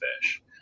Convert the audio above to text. fish